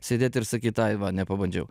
sėdėt ir sakyt ai va nepabandžiau